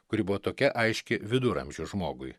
kuri buvo tokia aiški viduramžių žmogui